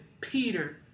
Peter